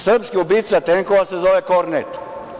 Srpski ubica tenkova se zove "Kornet"